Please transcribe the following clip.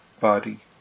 body